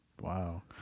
Wow